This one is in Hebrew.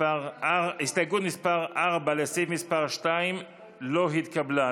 הסתייגות מס' 4 לסעיף מס' 2 לא התקבלה.